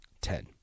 Ten